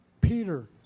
Peter